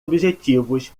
objetivos